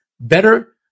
better